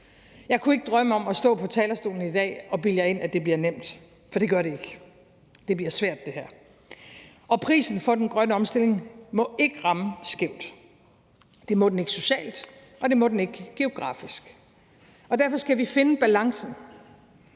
Jeg kunne ikke drømme om at stå på talerstolen i dag og bilde jer ind, at det bliver nemt, for det gør det ikke. Det her bliver svært. Og prisen for den grønne omstilling må ikke ramme skævt. Det må den ikke socialt, og det må den ikke geografisk. Derfor skal vi finde balancen.